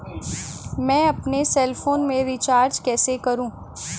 मैं अपने cell phone में रिचार्ज कैसे करूँ?